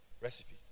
recipe